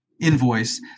invoice